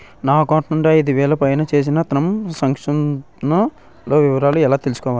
నా అకౌంట్ నుండి ఐదు వేలు పైన చేసిన త్రం సాంక్షన్ లో వివరాలు ఎలా తెలుసుకోవాలి?